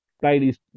Bailey's